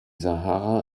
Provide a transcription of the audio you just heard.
sahara